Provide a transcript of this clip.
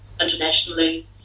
internationally